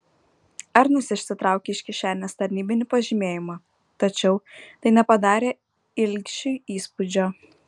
arnas išsitraukė iš kišenės tarnybinį pažymėjimą tačiau tai nepadarė ilgšiui įspūdžio